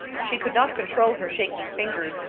she could not control her shaking fingers,